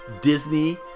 Disney